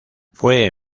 fue